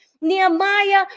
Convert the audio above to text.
Nehemiah